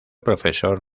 profesor